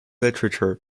literature